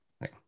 Right